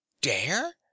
dare